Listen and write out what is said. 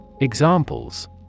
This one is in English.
Examples